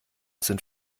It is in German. sind